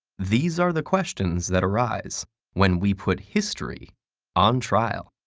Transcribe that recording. these are the questions that arise when we put history on trial.